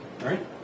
right